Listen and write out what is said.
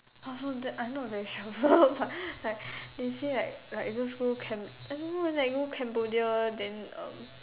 I also that I'm not very sure also but like like they say like like those school Cam~ I don't know eh like you go Cambodia then uh